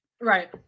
right